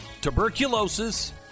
Tuberculosis